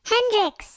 Hendrix